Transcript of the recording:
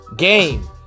Game